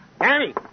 Danny